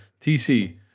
TC